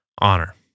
honor